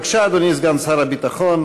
בבקשה, אדוני סגן שר הביטחון.